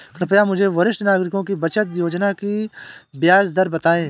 कृपया मुझे वरिष्ठ नागरिकों की बचत योजना की ब्याज दर बताएं